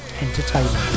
entertainment